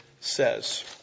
says